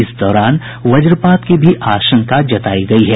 इस दौरान वज़पात की भी आशंका जतायी गयी है